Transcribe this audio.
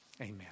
Amen